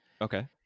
okay